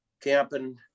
camping